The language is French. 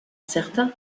certains